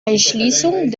erschließung